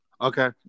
Okay